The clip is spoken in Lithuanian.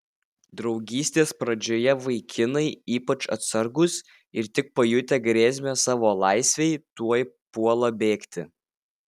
draugystės pradžioje vaikinai ypač atsargūs ir tik pajutę grėsmę savo laisvei tuoj puola bėgti